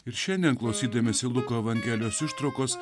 ir šiandien klausydamiesi luko evangelijos ištraukos